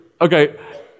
okay